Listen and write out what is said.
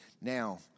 Now